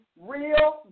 real